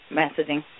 messaging